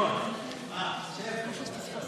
יותר חזק משלי.